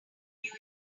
new